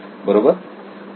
बरोबर